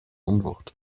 unwucht